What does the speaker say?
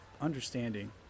understanding